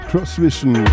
Crossvision